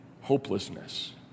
hopelessness